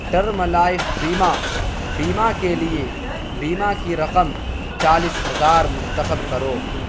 term life بیمہ بیمہ کے لیے بیمہ کی رقم چالیس ہزار منتخب کرو